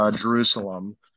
Jerusalem